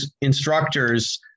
instructors